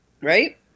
Right